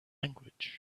language